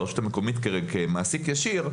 והיא המעסיק הישיר,